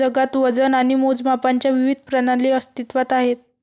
जगात वजन आणि मोजमापांच्या विविध प्रणाली अस्तित्त्वात आहेत